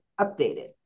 updated